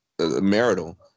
marital